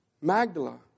Magdala